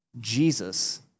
Jesus